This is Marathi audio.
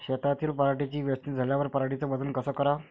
शेतातील पराटीची वेचनी झाल्यावर पराटीचं वजन कस कराव?